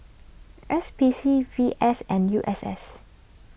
S P C V S and U S S